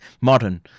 Modern